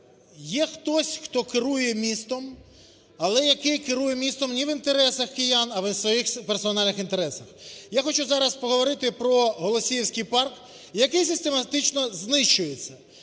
є хтось, хто керує містом, але який керує містом не в інтересах киян, а в своїх персональних інтересах. Я хочу зараз поговорити про Голосіївський парк, який систематично знищується.